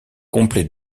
complets